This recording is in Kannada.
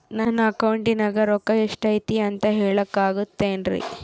ನನ್ನ ಅಕೌಂಟಿನ್ಯಾಗ ರೊಕ್ಕ ಎಷ್ಟು ಐತಿ ಅಂತ ಹೇಳಕ ಆಗುತ್ತೆನ್ರಿ?